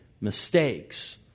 mistakes